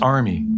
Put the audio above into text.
Army